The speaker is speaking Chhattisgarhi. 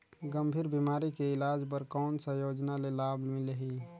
गंभीर बीमारी के इलाज बर कौन सा योजना ले लाभ मिलही?